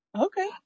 Okay